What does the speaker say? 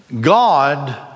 God